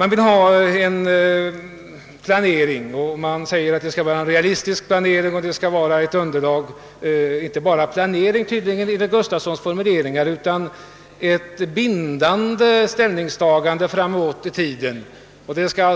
Nu säger man att vi skall ha en realistisk planering som underlag — och tydligen inte bara en planering, om jag rätt uppfattade herr Gustafssons i Skellefteå funderingar. Man vill också ha ett bindande ställningstagande framåt i tiden,